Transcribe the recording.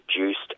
reduced